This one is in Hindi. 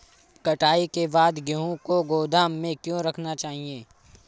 कटाई के बाद गेहूँ को गोदाम में क्यो रखना चाहिए?